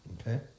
Okay